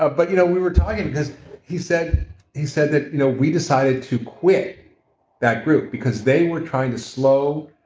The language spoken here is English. ah but you know we were talking because he said he said that you know we decided to quit that group because they were trying to slow,